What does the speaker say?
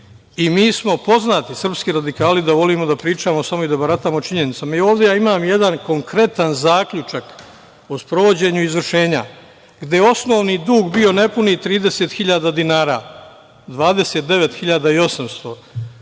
smo poznati, srpski radikali, da volimo da pričamo sa vama i da baratamo činjenicama. Ovde ja imam jedan konkretan zaključak o sprovođenju izvršenja, gde je osnovni dug bio nepunih 30.000 dinara, 29.800 dinara,